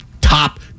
top